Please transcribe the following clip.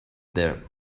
there